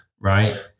right